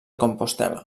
compostel·la